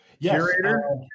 curator